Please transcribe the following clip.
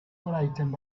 frightened